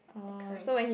orh so when he